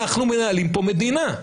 אנחנו מנהלים פה מדינה.